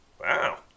Wow